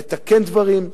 לתקן דברים,